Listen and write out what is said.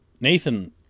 Nathan